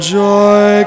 joy